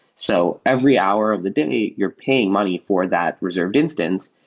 so every hour of the day, you're paying money for that reserved instance,